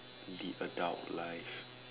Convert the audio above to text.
the adult life